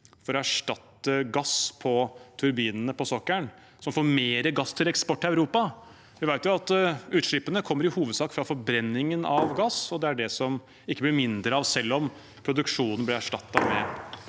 for å erstatte gass på turbinene på sokkelen, som får mer gass til eksport til Europa – vi vet jo at utslippene i hovedsak kommer fra forbrenningen av gass, og det er det som det ikke blir mindre av, selv om produksjonen blir erstattet med